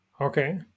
Okay